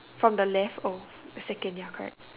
from the left second ya correct